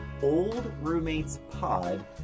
oldroommatespod